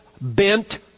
bent